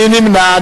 מי נמנע?